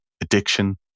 addiction